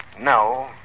no